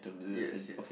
yes yes